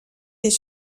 des